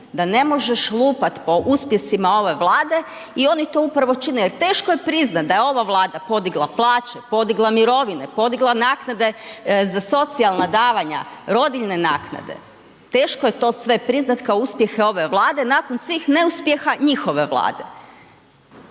da ne možeš lupat po uspjesima ove Vlade i oni to upravo čine jer teško je priznat da je ova Vlada podigla plaće, podigla mirovine, podigla naknade za socijalna davanja, rodiljne naknade, teško je to sve priznat kao uspjehe ove Vlade nakon svih neuspjeha njihove Vlade